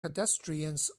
pedestrians